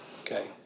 Okay